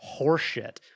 horseshit